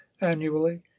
annually